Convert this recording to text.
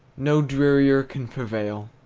no drearier can prevail!